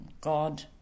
God